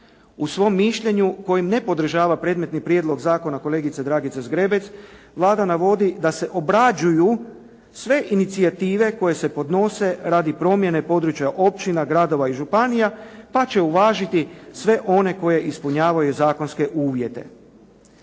U svom mišljenju kojim ne podržava predmetni prijedlog zakona kolegice Dragice Zgrebec, Vlada navodi da se obrađuju sve inicijative koje se podnose radi promjene područja općina, gradova i županija pa će uvažiti sve one koje ispunjavaju zakonske uvjete.